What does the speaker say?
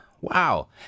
wow